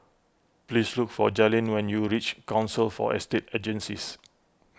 please look for Jalen when you reach Council for Estate Agencies